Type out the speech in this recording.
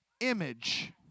image